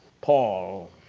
Paul